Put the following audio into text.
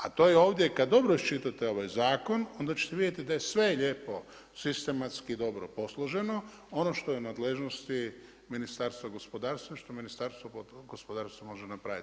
A to je ovdje kad dobro iščitate zakon, onda ćete vidjeti da je sve lijepo sistematski dobro posloženo, ono što je u nadležnosti Ministarstva gospodarstva, što Ministarstvo gospodarstva može napraviti.